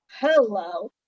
Hello